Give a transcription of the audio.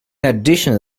addition